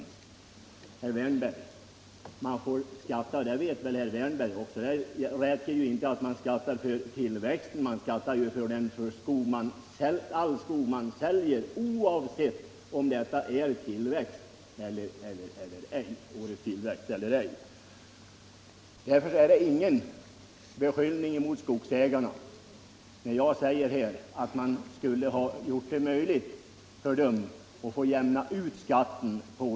Han beskyller mig för att jag skulle ha sagt'att man inte skulle behöva skatta för tillväxten. Det räcker inte med att man skattar för tillväxten, herr Wärnberg, för man skattar ju för all skog som man säljer, oavsett om det är årets tillväxt eller ej. Därför innebär det ingen beskyllning mot skogsägarna, när jag säger att man borde ha gjort det möjligt för dem att jämna ut skatten.